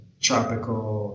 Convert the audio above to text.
tropical